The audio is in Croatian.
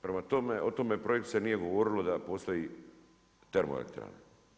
Prema tome, o tome projektu se nije govorilo da postoji termoelektrana.